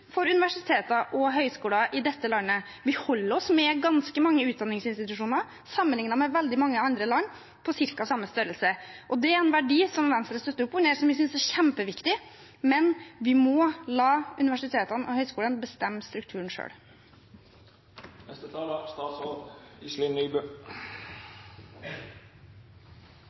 mange utdanningsinstitusjoner sammenlignet med veldig mange andre land på ca. samme størrelse. Det er en verdi som Venstre støtter opp under, og som vi synes er kjempeviktig, men vi må la universitetene og høyskolene bestemme strukturen